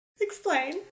Explain